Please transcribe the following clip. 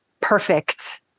perfect